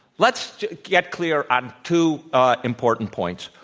let's get clear on two important points.